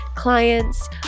clients